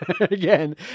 again